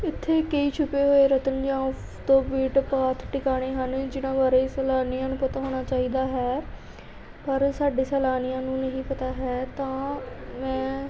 ਇੱਥੇ ਕਈ ਛੁਪੇ ਹੋਏ ਰਤਨ ਜਾਂ ਔਫ ਦਾ ਬੀਟ ਪਾਥ ਟਿਕਾਣੇ ਹਨ ਜਿਨ੍ਹਾਂ ਬਾਰੇ ਸੈਲਾਨੀਆਂ ਨੂੰ ਪਤਾ ਹੋਣਾ ਚਾਹੀਦਾ ਹੈ ਪਰ ਸਾਡੇ ਸੈਲਾਨੀਆਂ ਨੂੰ ਨਹੀਂ ਪਤਾ ਹੈ ਤਾਂ ਮੈਂ